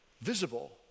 visible